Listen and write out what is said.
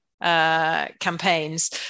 Campaigns